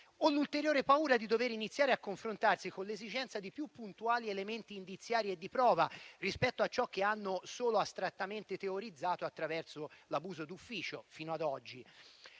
o l'ulteriore paura di dover iniziare a confrontarsi con l'esigenza di più puntuali elementi indiziari e di prova rispetto a ciò che hanno solo astrattamente teorizzato attraverso l'abuso d'ufficio, fino ad oggi.